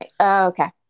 Okay